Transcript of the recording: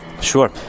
Sure